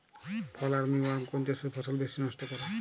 ফল armyworm কোন চাষের ফসল বেশি নষ্ট করে?